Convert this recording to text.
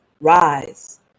Rise